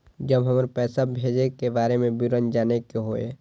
जब हमरा पैसा भेजय के बारे में विवरण जानय के होय?